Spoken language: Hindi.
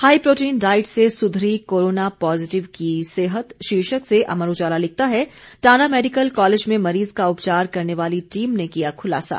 हाई प्रोटीन डाइट से सुधरी कोरोना पोजिटिव की सेहत शीर्षक से अमर उजाला लिखता है टांडा मैडिकल कॉलेज में मरीज का उपचार करने वाली टीम ने किया खुलासा